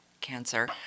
cancer